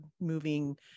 moving